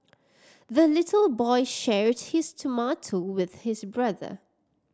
the little boy shared his tomato with his brother